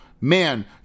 Man